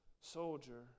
soldier